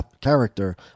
character